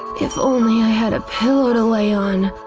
if only i had a pillow to lay on,